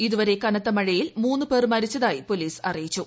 ഇതുവരെ കനത്ത മുഴിയിൽ ് മൂന്ന് പേർ മരിച്ചതായി പൊലീസ് അറിയിച്ചു